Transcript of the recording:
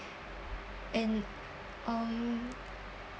and um